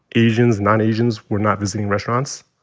asians, non-asians were not visiting restaurants.